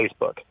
Facebook